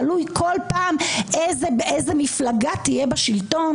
תלוי בכל פעם איזה מפלגה תהיה שלטון?